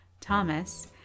Thomas